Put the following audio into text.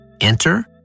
Enter